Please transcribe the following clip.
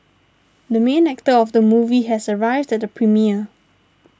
the main actor of the movie has arrived at the premiere